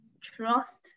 Trust